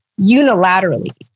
unilaterally